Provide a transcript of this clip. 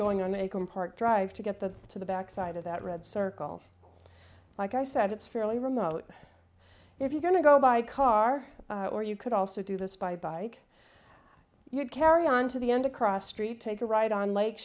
compart drive to get the to the back side of that red circle like i said it's fairly remote if you're going to go by car or you could also do this by bike you'd carry on to the end across street take a ride on lake